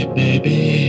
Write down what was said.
baby